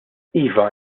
iva